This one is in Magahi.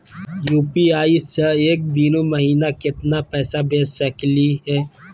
यू.पी.आई स एक दिनो महिना केतना पैसा भेज सकली हे?